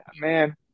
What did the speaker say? man